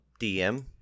DM